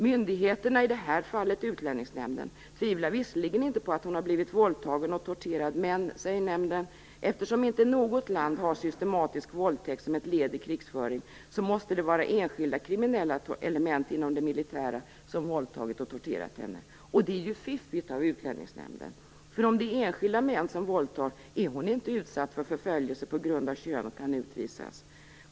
Myndigheterna, i det här fallet Utlänningsnämnden, tvivlar visserligen inte på att hon blivit våldtagen och torterad men, säger nämnden, eftersom inte något land har systematisk våldtäkt som ett led i krigföring måste det vara enskilda kriminella element inom det militära som våldtagit och torterat henne. Och det är ju fiffigt av Utlänningsnämnden, för om det är enskilda män som våldtar är hon inte utsatt för förföljelse på grund av kön och kan utvisas.